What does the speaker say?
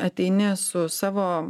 ateini su savo